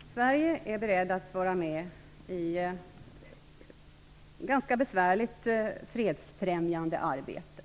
Fru talman! Sverige är berett att vara med i ett ganska besvärligt fredsfrämjande arbete.